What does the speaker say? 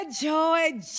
joy